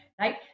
right